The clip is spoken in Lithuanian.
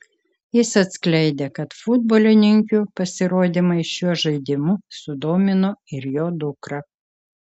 jis atskleidė kad futbolininkių pasirodymai šiuo žaidimu sudomino ir jo dukrą